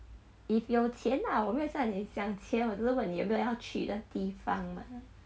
if 有钱 lah 我没有叫你想钱我自是问你有没有要去的地方 mah